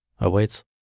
awaits